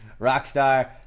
Rockstar